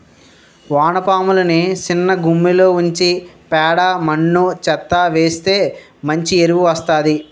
వానపాములని సిన్నగుమ్మిలో ఉంచి పేడ మన్ను చెత్తా వేస్తె మంచి ఎరువు వస్తాది